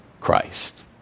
Christ